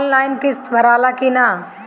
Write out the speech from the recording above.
Online किस्त भराला कि ना?